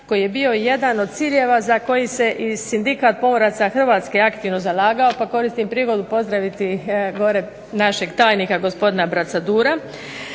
koji je bio jedan od ciljeva za koji se i Sindikat pomoraca Hrvatske aktivno zalagao, pa koristim prigodu pozdraviti gore našeg tajnika gospodina Bracadura.